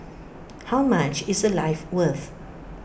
how much is A life worth